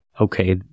okay